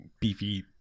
beefy